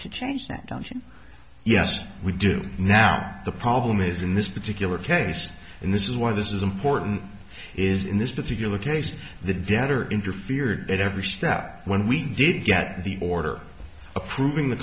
to change that yes we do now the problem is in this particular case and this is why this is important is in this particular case the debtor interfered at every step when we didn't get the order approving the